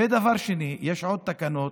ודבר שני, יש עוד תקנות